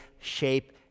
shape